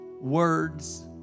words